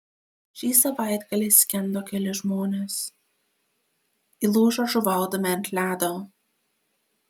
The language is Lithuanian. šį savaitgalį skendo keli žmonės įlūžo žuvaudami ant ledo